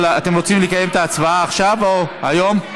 אתם רוצים לקיים את ההצבעה עכשיו או, היום?